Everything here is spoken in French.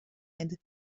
aide